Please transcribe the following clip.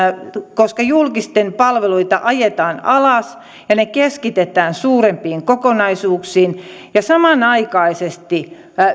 koska julkisia palveluita ajetaan alas ja ne keskitetään suurempiin kokonaisuuksiin ja samanaikaisesti